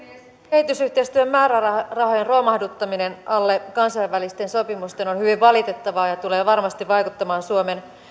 kehitysyhteistyön määrärahojen romahduttaminen alle kansainvälisten sopimusten on hyvin valitettavaa ja tulee varmasti vaikuttamaan suomen